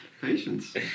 Patience